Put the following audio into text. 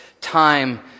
time